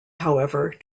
however